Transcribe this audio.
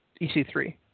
EC3